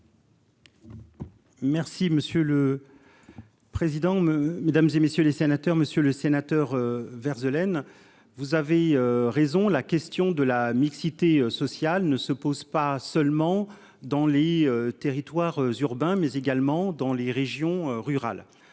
Merci monsieur le. Président me mesdames et messieurs les sénateurs, Monsieur le Sénateur Vert de laine. Vous avez raison, la question de la mixité sociale ne se pose pas seulement dans les territoires urbains mais également dans les régions rurales